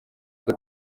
uko